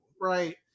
right